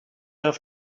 have